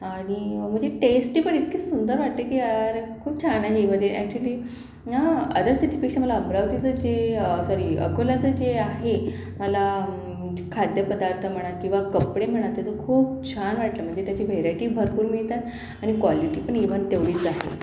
आणि म्हणजे टेस्टी पण इतके सुंदर वाटते की यार खूप छान आहे म्हणजे अॅक्च्युअली ना अदर सिटीपेक्षा मला अमरावतीचं जे सॉरी अकोलाचं जे आहे मला खाद्यपदार्थ म्हणा किंवा कपडे म्हणा त्याचं खूप छान वाटलं म्हणजे त्याची व्हेरायटी भरपूर मिळतात आणि क्वॉलिटी पण इव्हन तेवढीच आहे